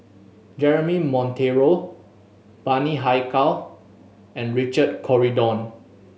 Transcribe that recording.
Jeremy Monteiro Bani Haykal and Richard Corridon